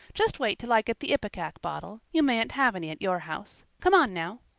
just wait till i get the ipecac bottle you mayn't have any at your house. come on now.